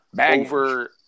over